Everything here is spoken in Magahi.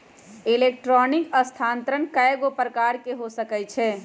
इलेक्ट्रॉनिक स्थानान्तरण कएगो प्रकार के हो सकइ छै